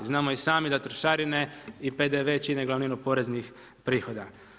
Znamo i sami da trošarine i PDV čine glavninu poreznih prihoda.